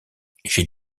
j’ai